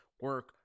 Work